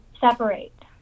separate